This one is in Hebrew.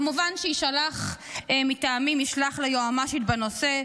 כמובן, שיישלח מטעמי מכתב ליועמ"שית בנושא.